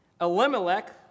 Elimelech